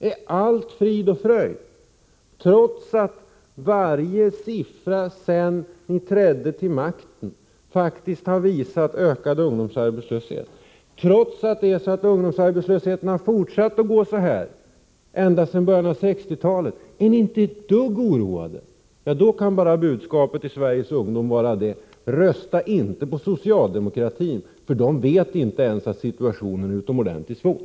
Är allt frid och fröjd, trots att varje siffra som presenterats alltsedan ni tog makten faktiskt visar på en ökad ungdomsarbetslöshet och trots att ungdomsarbetslösheten har fortsatt att gå uppåt ända sedan början av 1960-talet? Är ni inte ett dugg oroade? Om ni inte är det, kan budskapet till Sveriges ungdom enbart vara följande: Rösta inte på socialdemokraterna, för de vet inte ens att situationen är utomordentligt svår!